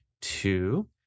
two